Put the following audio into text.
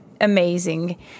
amazing